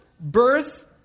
birth